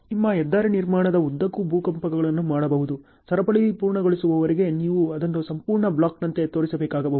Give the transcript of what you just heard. ನಿಮ್ಮ ಹೆದ್ದಾರಿ ನಿರ್ಮಾಣದ ಉದ್ದಕ್ಕೂ ಭೂಕಂಪಗಳನ್ನು ಮಾಡಬಹುದು ಸರಪಳಿ ಪೂರ್ಣಗೊಳ್ಳುವವರೆಗೆ ನೀವು ಅದನ್ನು ಸಂಪೂರ್ಣ ಬ್ಲಾಕ್ನಂತೆ ತೋರಿಸಬೇಕಾಗಬಹುದು